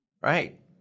Right